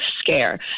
scare